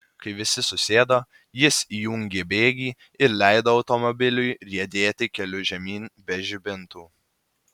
kai visi susėdo jis įjungė bėgį ir leido automobiliui riedėti keliu žemyn be žibintų